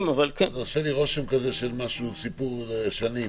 עושה לי רושם שזה סיפור של שנים.